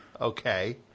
Okay